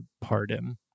pardon